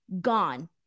gone